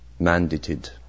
mandated